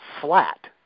flat